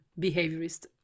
behaviorist